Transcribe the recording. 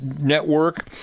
Network